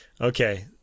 Okay